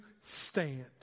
stand